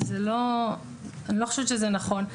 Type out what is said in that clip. אני לא חושבת שזה נכון.